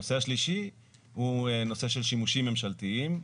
הנושא השלישי הוא נושא של שימושים ממשלתיים.